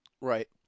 Right